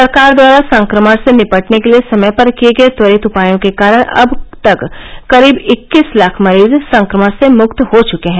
सरकार द्वारा संक्रमण से निपटने के लिए समय पर किये गये त्वरित उपायों के कारण अब तक करीब इक्कीस लाख मरीज संक्रमण से मुक्त हो चुके हैं